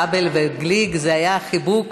כבל וגליק, זה היה חיבוק